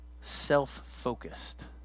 self-focused